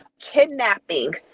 kidnapping